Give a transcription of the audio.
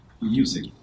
Music